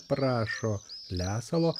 prašo lesalo